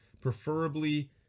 preferably